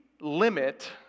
limit